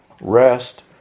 rest